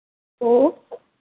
तो